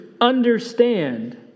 understand